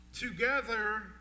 Together